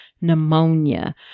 pneumonia